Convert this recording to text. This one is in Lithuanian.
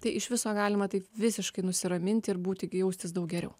tai iš viso galima taip visiškai nusiraminti ir būti jaustis daug geriau